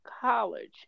college